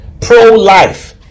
pro-life